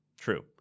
True